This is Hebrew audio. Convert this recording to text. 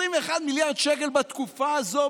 21 מיליארד שקל בתקופה הזאת,